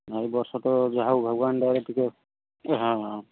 ବର୍ଷା ତ ଯାହା ହେଉ ଭଗବାନଙ୍କ ଦୟାରୁ ଟିକେ ହଁ